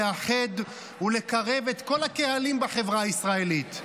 לאחד ולקרב את כל הקהלים בחברה הישראלית.